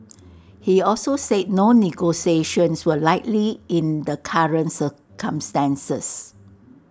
he also said no negotiations were likely in the current circumstances